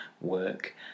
work